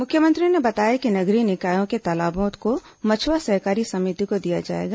मुख्यमंत्री ने बताया कि नगरीय निकायों के तालाबों को मछुआ सहकारी समिति को दिया जाएगा